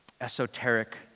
esoteric